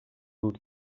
dut